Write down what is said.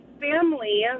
family